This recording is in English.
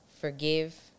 forgive